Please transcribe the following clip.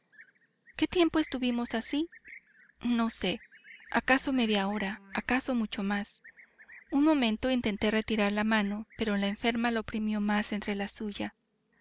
qué tiempo estuvimos así no sé acaso media hora acaso mucho más un momento intenté retirar la mano pero la enferma la oprimió más entre la suya